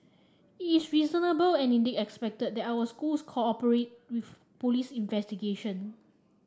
it's reasonable and indeed expected that our schools cooperate police investigation